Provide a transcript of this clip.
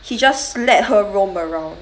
he just let her roam around